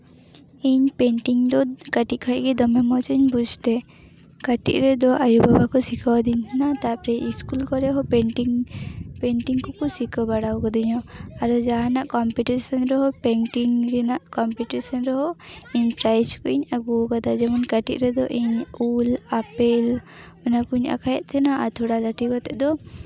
ᱤᱧ ᱯᱮᱱᱴᱤᱝ ᱫᱚ ᱠᱟᱹᱴᱤᱡ ᱠᱷᱚᱱ ᱜᱮ ᱫᱚᱢᱮ ᱢᱚᱡᱤᱧ ᱵᱩᱡᱽ ᱛᱮ ᱠᱟᱹᱴᱤᱡ ᱨᱮᱫᱚ ᱟᱹᱭᱩᱼᱵᱟᱵᱟ ᱠᱚ ᱥᱤᱠᱷᱟᱹᱣ ᱟᱫᱤᱧ ᱛᱟᱦᱮᱸᱱᱟ ᱛᱟᱨᱯᱚᱨᱮ ᱤᱥᱠᱩᱞ ᱠᱚᱨᱮᱫ ᱦᱚᱸ ᱯᱮᱱᱴᱤᱝ ᱯᱮᱱᱴᱤᱝ ᱠᱚᱠᱚ ᱥᱤᱠᱷᱟᱹ ᱵᱟᱲᱟ ᱠᱟᱫᱤᱧᱟ ᱟᱞᱮ ᱡᱟᱦᱟᱸᱱᱟᱜ ᱠᱚᱢᱯᱤᱴᱤᱥᱮᱱ ᱨᱮᱦᱚᱸ ᱯᱮᱱᱴᱤᱝ ᱨᱮᱱᱟᱜ ᱠᱚᱢᱯᱤᱴᱤᱥᱮᱱ ᱨᱮᱦᱚᱸ ᱤᱧ ᱯᱨᱟᱭᱤᱡᱽ ᱠᱚᱧ ᱟᱹᱜᱩ ᱠᱟᱫᱟ ᱡᱮᱢᱚᱱ ᱠᱟᱹᱴᱤᱡ ᱨᱮᱫᱚ ᱤᱧ ᱩᱞ ᱟᱯᱮᱞ ᱚᱱᱟ ᱠᱚᱧ ᱟᱸᱠᱟᱭᱮᱫ ᱛᱟᱦᱮᱸᱱᱟ ᱟᱨ ᱛᱷᱚᱲᱟ ᱞᱟᱹᱴᱩ ᱠᱟᱛᱮᱫ ᱫᱚ